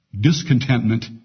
discontentment